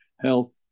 Health